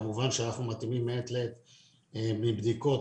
כמובן שאנחנו מתאימים מעת לעת מבדיקות,